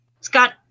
Scott